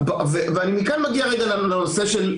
הממשלה.